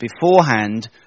beforehand